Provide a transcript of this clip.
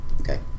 Okay